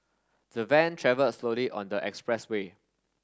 the van travelled slowly on the expressway